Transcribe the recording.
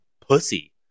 pussy